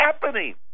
happening